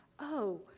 oh,